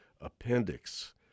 appendix